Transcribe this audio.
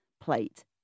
plate